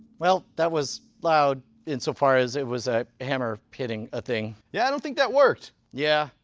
well, that was loud insofar as it was a hammer hitting a thing. yeah, i don't think that worked. yeah.